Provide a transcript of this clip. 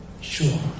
sure